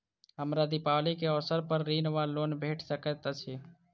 हमरा दिपावली केँ अवसर पर ऋण वा लोन भेट सकैत अछि?